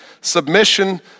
submission